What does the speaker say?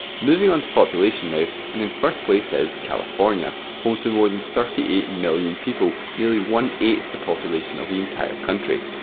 moving onto population now, and in first place is california, home to more than thirty eight million people, nearly one eighth the population of the entire country.